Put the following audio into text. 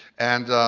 and